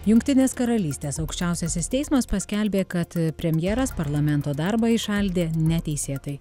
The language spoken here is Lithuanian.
jungtinės karalystės aukščiausiasis teismas paskelbė kad premjeras parlamento darbą įšaldė neteisėtai